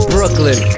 Brooklyn